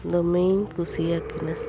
ᱫᱚᱢᱮᱧ ᱠᱩᱥᱤᱭᱟ ᱠᱤᱱᱟ